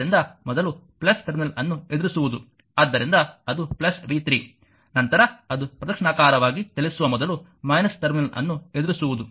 ಆದ್ದರಿಂದ ಮೊದಲು ಟರ್ಮಿನಲ್ ಅನ್ನು ಎದುರಿಸುವುದು ಆದ್ದರಿಂದ ಅದು v3 ನಂತರ ಇದು ಪ್ರದಕ್ಷಿಣಾಕಾರವಾಗಿ ಚಲಿಸುವಾಗ ಮೊದಲು ಟರ್ಮಿನಲ್ ಅನ್ನು ಎದುರಿಸುವುದು